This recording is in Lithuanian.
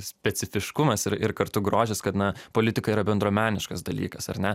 specifiškumas ir ir kartu grožis kad na politika yra bendruomeniškas dalykas ar ne